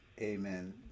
amen